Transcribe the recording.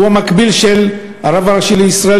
שהוא המקביל של הרב הראשי לישראל,